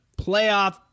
playoff